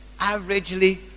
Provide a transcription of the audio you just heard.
averagely